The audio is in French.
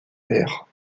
vers